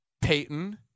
Peyton